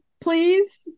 please